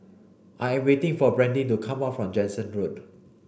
I am waiting for Brandyn to come back from Jansen Road